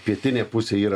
pietinė pusė yra